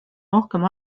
rohkem